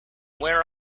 where